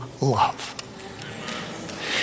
love